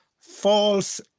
False